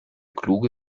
kluge